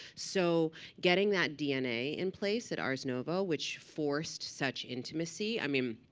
so getting that dna in place at ars nova, which forced such intimacy i mean,